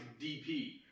DP